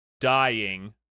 dying